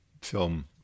film